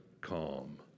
calm